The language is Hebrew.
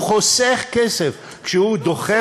הוא חוסך כסף כשהוא דוחף,